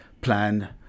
plan